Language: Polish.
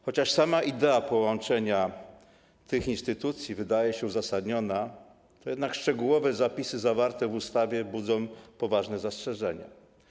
Chociaż sama idea połączenia tych instytucji wydaje się uzasadniona, to jednak szczegółowe zapisy zawarte w ustawie budzą poważne zastrzeżenia.